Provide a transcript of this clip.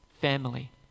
family